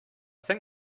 think